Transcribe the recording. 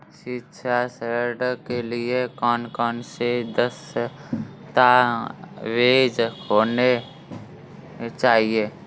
शिक्षा ऋण के लिए कौन कौन से दस्तावेज होने चाहिए?